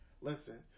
listen